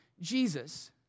Jesus